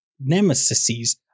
Nemesis